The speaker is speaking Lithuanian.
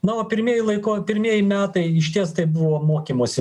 na o pirmieji laiko pirmieji metai išties tai buvo mokymosi